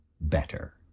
better